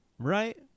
Right